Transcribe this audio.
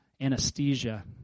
anesthesia